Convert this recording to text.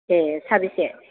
ए साबेसे